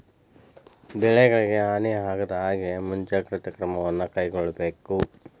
ಬೆಳೆಗಳಿಗೆ ಹಾನಿ ಆಗದಹಾಗೆ ಮುಂಜಾಗ್ರತೆ ಕ್ರಮವನ್ನು ಕೈಗೊಳ್ಳಬೇಕು